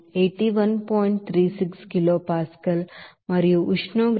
36 kilopascal మరియు ఉష్ణోగ్రత 258